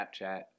Snapchat